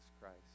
Christ